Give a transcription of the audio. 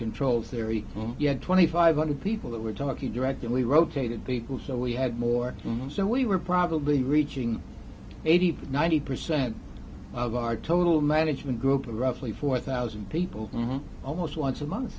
controls they're equal yeah twenty five hundred people that were talking directly rotated people so we had more room so we were probably reaching eighty ninety percent of our total management group of roughly four thousand people almost once a month